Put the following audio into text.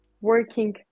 working